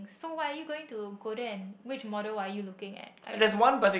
so what are you going to go then which model are you looking at